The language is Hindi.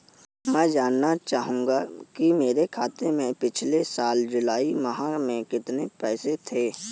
मैं जानना चाहूंगा कि मेरे खाते में पिछले साल जुलाई माह में कितने पैसे थे?